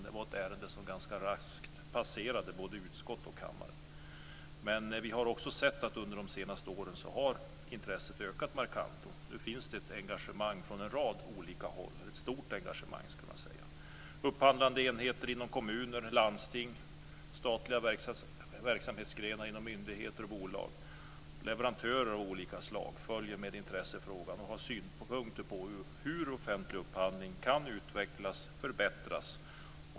Det var ett ärende som ganska raskt passerade både utskott och kammare. Men vi har också sett att intresset under de senaste åren har ökat markant. Och nu finns det ett stort engagemang från en rad olika håll. Upphandlande enheter inom kommuner och landsting, statliga verksamhetsgrenar inom myndigheter och bolag och leverantörer av olika slag följer med intresse frågan och har synpunkter på hur offentlig upphandling kan utvecklas och förbättras.